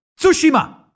Tsushima